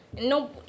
no